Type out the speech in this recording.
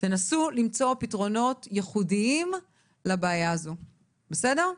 תנסו למצוא פתרונות ייחודיים לבעיה הזו, בסדר?